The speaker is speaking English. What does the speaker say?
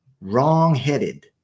wrong-headed